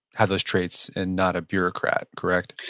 have those traits, and not a bureaucrat, correct?